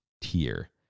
tier